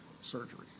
surgery